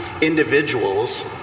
individuals